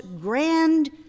grand